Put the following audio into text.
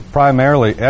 primarily